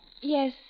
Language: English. Yes